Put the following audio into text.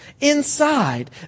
inside